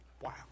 Wow